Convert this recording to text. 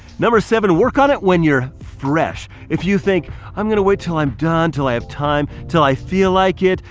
number seven, work on it when you're fresh. if you think i'm gonna wait until i'm done until i have time till i feel like it,